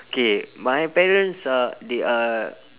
okay my parents are they are